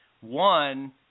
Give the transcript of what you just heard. one